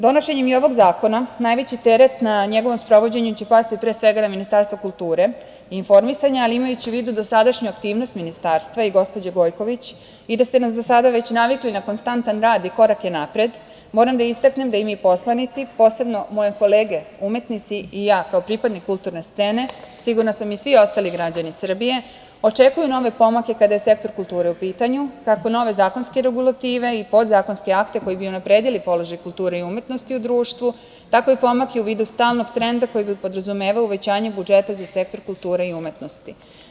Donošenjem i ovog zakona, najveći teret nad njegovim sprovođenjem će pasti, pre svega, na Ministarstvo kulture i informisanja, ali imajući u vidu dosadašnju aktivnost Ministarstva i gospođe Gojković i da ste nas do sada već navikli na konstantan rad i korake napred, moram da istaknem da i mi poslanici, posebno moje kolege umetnici i ja kao pripadnik kulturne scene, sigurna sam i svi ostali građani Srbije, očekuju nove pomake kada je sektor kulture u pitanju, kako nove zakonske regulative i podzakonske akte koji bi unapredili položaj kulture i umetnosti u društvu, tako i pomake u vidu stalnog trenda koji bi podrazumevao uvećanje budžeta za sektor kulture i umetnosti.